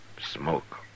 Smoke